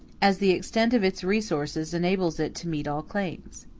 as the extent of its resources enables it to meet all claims.